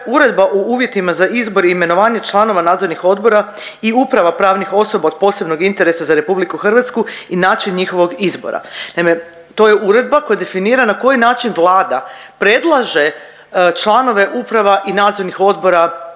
Uredba u uvjetima za izbor i imenovanje članova nadzornih odbora i uprava pravnih osoba od posebnog interesa za RH i način njihovog izbora. Naime, to je uredba koja definira na koji način Vlada predlaže članove uprava i nadzornih odbora